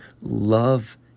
love